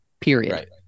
period